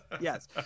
yes